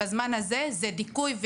זה לדון בה,